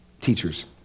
teachers